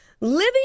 living